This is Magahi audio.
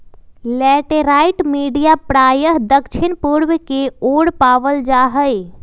लैटेराइट मटिया प्रायः दक्षिण पूर्व के ओर पावल जाहई